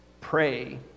pray